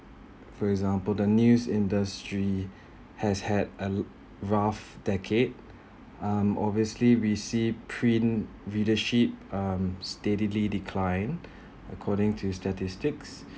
for example the news industry has had a rough decade um obviously we see print readership um steadily decline according to statistics